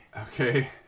Okay